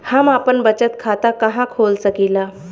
हम आपन बचत खाता कहा खोल सकीला?